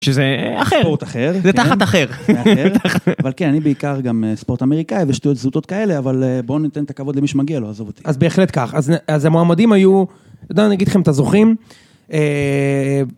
שזה אחר. ספורט אחר. זה תחת אחר. זה אחר, אבל כן, אני בעיקר גם ספורט אמריקאי ושטויות זוטות כאלה, אבל בואו ניתן את הכבוד למי שמגיע לו, עזוב אותי. אז בהחלט כך, אז המועמדים היו, יודע, אני אגיד לכם את הזוכים,